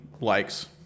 likes